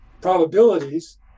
probabilities